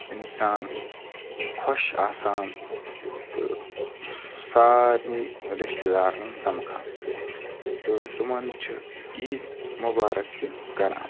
اِنسان خۄش آسان تہٕ سارنٕے رِشتہٕ دارَن سَمکھان تہٕ تِمَن چھِ عیٖد مُبارَک تہِ کَران